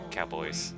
Cowboys